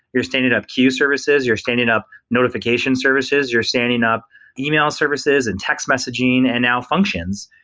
you're standing up queue services, you're standing up notification services, you're standing up yeah e-mail services and text messaging and now functions,